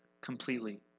completely